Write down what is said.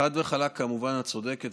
חד וחלק, כמובן, את צודקת.